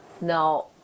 Now